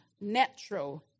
natural